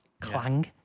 Clang